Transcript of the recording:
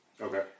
Okay